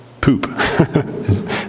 poop